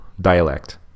dialect